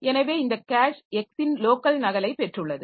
எனவே இந்த cache X ன் லோக்கல் நகலைப் பெற்றுள்ளது